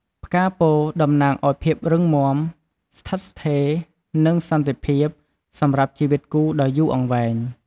ផ្កាពោធិ៍ តំណាងអោយ ភាពរឹងមាំ ស្ថិតស្ថេរ និងសន្តិភាព សម្រាប់ជីវិតគូដ៏យូរអង្វែង។